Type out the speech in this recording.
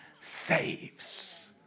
saves